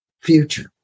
future